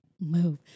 move